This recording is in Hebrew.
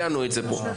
ציינו את זה פה.